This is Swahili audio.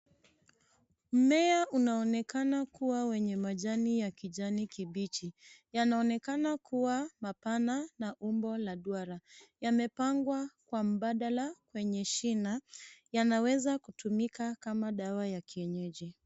Mmea unaonekana kuwa wenye majani ya kijani kibichi. Yanaonekana kuwa mapana na umbo la duara yamepangwa kwa mbadala kwenye shina. Yanaweza kutumika kama dawa ya kienyeji.